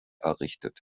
errichtet